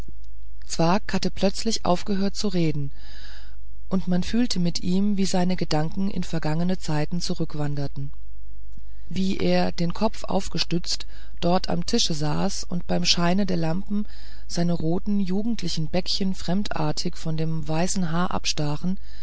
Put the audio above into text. zwakh hatte plötzlich aufgehört zu reden und man fühlte mit ihm wie seine gedanken in vergangene zeiten zurückwanderten wie er den kopf aufgestützt dort am tische saß und beim scheine der lampe seine roten jugendlichen bäckchen fremdartig von dem weißen haar